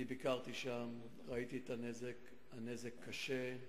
ביקרתי שם, ראיתי את הנזק, הנזק קשה,